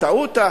הטעות,